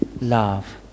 love